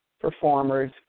performers